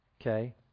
okay